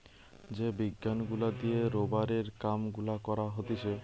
যে বিজ্ঞান গুলা দিয়ে রোবারের কাম গুলা করা হতিছে